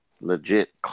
Legit